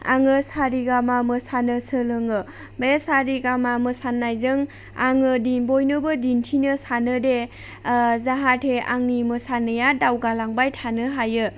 आङो सा रि गा मा मोसानो सोलोङो बे सा रि गा मा मोसानायजों आङो दि बयनोबो दिन्थिनो सानोदि ओ जाहाथे आंनि मोसानाया दावगालांबाय थानो हायो